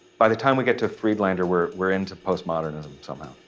by the time we get to friedlander, we're, we're in to post modernism somehow.